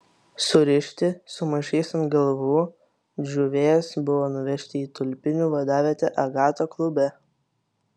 surišti su maišais ant galvų džiuvės buvo nuvežti į tulpinių vadavietę agato klube